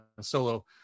Solo